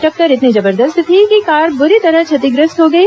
टक्कर इतनी जबरदस्त थी कि कार बुरी तरह क्षतिग्रस्त हो गई